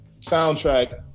soundtrack